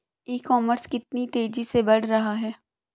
E commerce कितनी तेजी से बढ़ रहा है?